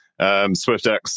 SwiftX